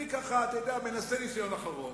אני, ככה, מנסה ניסיון אחרון,